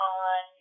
on